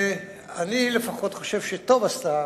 אני, לפחות, חושב שטוב עשתה